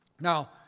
Now